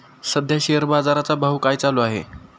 सध्या शेअर बाजारा चा भाव काय चालू आहे?